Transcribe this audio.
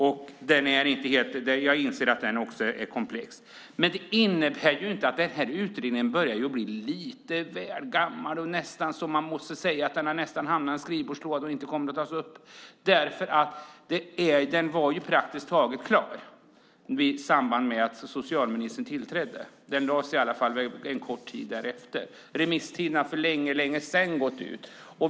Också jag inser att den är komplex. Det innebär inte att utredningen börjar bli lite väl gammal, nästan hamnat i en skrivbordslåda och inte kommer att tas upp. Den var praktiskt taget klar i samband med att socialministern tillträdde. Den lades i varje fall fram en kort tid därefter. Remisstiden har för länge sedan gått ut.